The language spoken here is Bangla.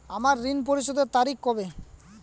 আমার ঋণ পরিশোধের তারিখ কবে?